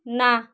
না